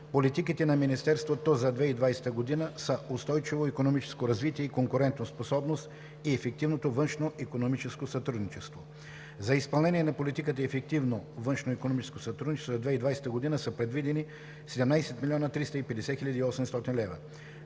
Политиките на Министерството за 2020 г. са „Устойчиво икономическо развитие и конкурентоспособност“ и „Ефективното външноикономическо сътрудничество“. За изпълнение на политиката „Ефективното външноикономическо сътрудничество“ за 2020 г. са предвидени 17 млн. 350 хил. 800 лв.